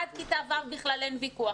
עד כיתה ו' בכלל אין ויכוח.